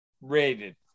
rated